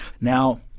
Now